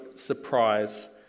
surprise